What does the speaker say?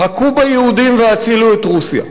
"הכו ביהודים והצילו את רוסיה".